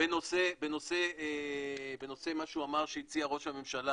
בנושא מה שהוא אמר שהציע ראש הממשלה,